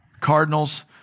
Cardinals